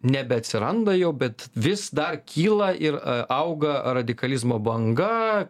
nebeatsiranda jau bet vis dar kyla ir auga radikalizmo banga